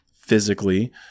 physically